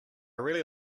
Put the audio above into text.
really